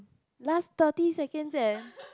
last thirty seconds eh